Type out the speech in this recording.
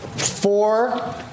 Four